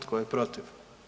Tko je protiv?